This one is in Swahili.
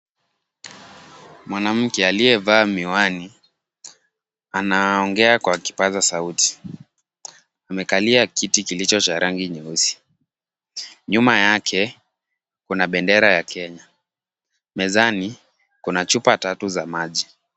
Mwanamke aliyevaa miwani anaongea kwa kipaza sauti. Amekalia kiti kilicho cha rangi nyeusi. Nyuma yake kuna bendera ya Kenya. Mezani kuna chupa tatu za maji.